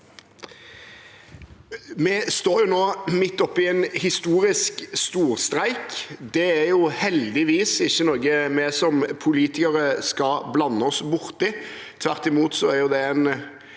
Vi står nå midt oppe i en historisk storstreik. Det er heldigvis ikke noe vi som politikere skal blande oss borti. Tvert imot er det en